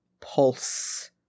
pulse